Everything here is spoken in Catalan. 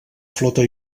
flota